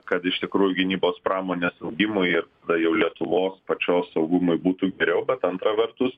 kad iš tikrųjų gynybos pramonės augimui ir tai jau lietuvos pačios saugumui būtų geriau bet antra vertus